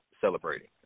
celebrating